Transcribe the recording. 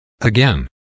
Again